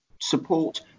support